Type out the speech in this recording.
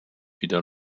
wieder